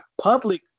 public